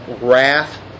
wrath